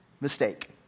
mistake